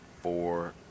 four